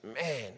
man